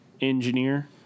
engineer